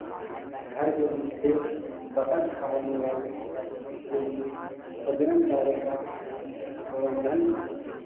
घर के पीछे बतख पालने वाले या कुक्कुट के लिए बजरंग कार्य का प्रबंधन